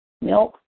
milk